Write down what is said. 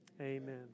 Amen